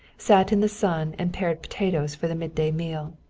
sat in the sun and pared potatoes for the midday meal.